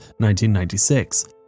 1996